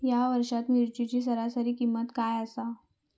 या वर्षात मिरचीची सरासरी किंमत काय आसा?